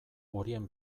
horien